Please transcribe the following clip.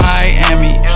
Miami